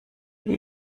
wie